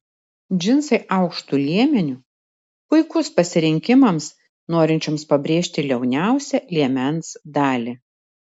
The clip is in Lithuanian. džinsai aukštu liemeniu puikus pasirinkimams norinčioms pabrėžti liauniausią liemens dalį